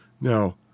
Now